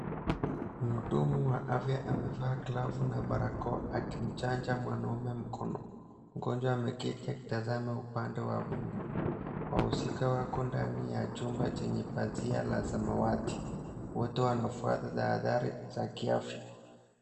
Mhudumu wa afya amevaa glavu na barakoa akimchanja mwanaume mkono. Mgonjwa ameketi akitazama upande wa wahusika wako ndani ya chumba chenye pazia la samawati. Wote wanafuata tahadhari za kiafya.